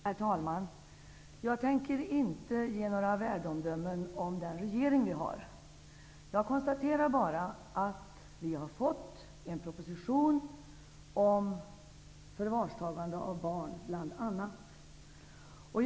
Herr talman! Jag tänker inte ge några värdeomdömen om den regering vi har. Jag konstaterar bara att vi har fått en proposition om bl.a. förvarstagande av barn.